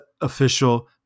official